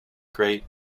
great